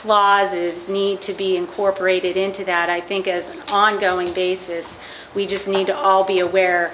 clauses need to be in or paraded into that i think as an ongoing basis we just need to all be